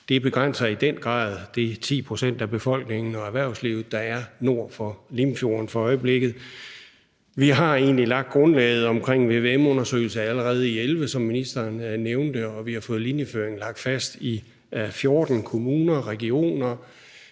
Det begrænser i den grad de 10 pct. af befolkningen og erhvervslivet, der er nord for Limfjorden for øjeblikket. Vi lagde egentlig grundlaget for en vvm-undersøgelse allerede i 2011, som ministeren nævnte, og vi har fået linjeføringen lagt fast i 14 kommuner, og regioner,